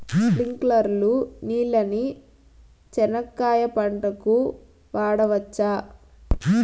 స్ప్రింక్లర్లు నీళ్ళని చెనక్కాయ పంట కు వాడవచ్చా?